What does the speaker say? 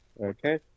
Okay